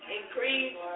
increase